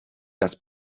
das